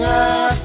up